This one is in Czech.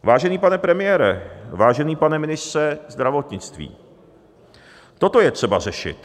Vážený pane premiére, vážený pane ministře zdravotnictví, toto je třeba řešit.